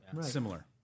Similar